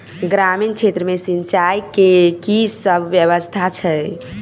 ग्रामीण क्षेत्र मे सिंचाई केँ की सब व्यवस्था छै?